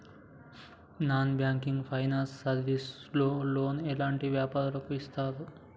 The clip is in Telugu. నాన్ బ్యాంకింగ్ ఫైనాన్స్ సర్వీస్ లో లోన్ ఎలాంటి వ్యాపారులకు ఇస్తరు?